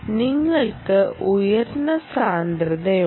നിങ്ങൾക്ക് ഉയർന്ന സാന്ദ്രതയുണ്ട്